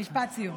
משפט סיום.